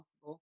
possible